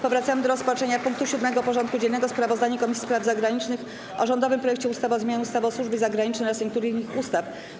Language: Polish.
Powracamy do rozpatrzenia punktu 7. porządku dziennego: Sprawozdanie Komisji Spraw Zagranicznych o rządowym projekcie ustawy o zmianie ustawy o służbie zagranicznej oraz niektórych innych ustaw.